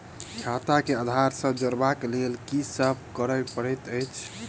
खाता केँ आधार सँ जोड़ेबाक लेल की सब करै पड़तै अछि?